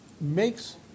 makes